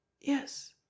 Yes